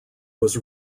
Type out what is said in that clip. was